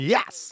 Yes